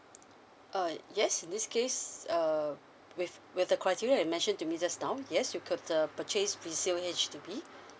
oh yes in this case um with with the criteria you mentioned to me just now yes you could purchase resale H_D_B